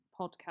podcast